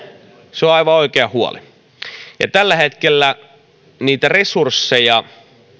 se on on aivan oikea huoli tällä hetkellä niitä resursseja